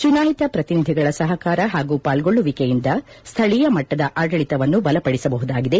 ಚುನಾಯಿತ ಪ್ರತಿನಿಧಿಗಳ ಸಹಕಾರ ಹಾಗೂ ಪಾಲ್ಗೊಳ್ಳುವಿಕೆಯಿಂದ ಸ್ಥಳೀಯ ಮಟ್ಟದ ಆಡಳಿತವನ್ನು ಬಲಪಡಿಸಬಹುದಾಗಿದೆ